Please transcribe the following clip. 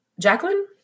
Jacqueline